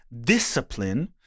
discipline